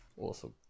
Awesome